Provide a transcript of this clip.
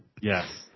Yes